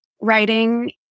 writing